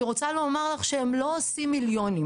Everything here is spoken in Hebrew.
רוצה לומר לך שהם לא עושים מיליונים,